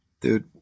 dude